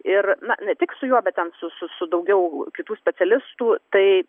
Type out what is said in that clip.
ir na ne tik su juo bet ten su su su daugiau kitų specialistų tai